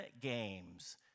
Games